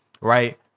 right